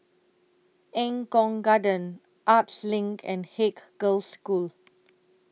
Eng Kong Garden Arts LINK and Haig Girls' School